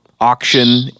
auction